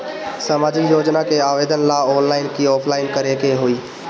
सामाजिक योजना के आवेदन ला ऑनलाइन कि ऑफलाइन करे के होई?